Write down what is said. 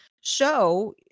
show